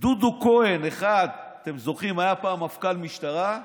דודו כהן אחד, אתם זוכרים, היה פעם מפכ"ל משטרה,